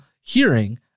hearing